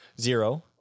Zero